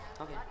Okay